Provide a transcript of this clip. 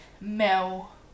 Mel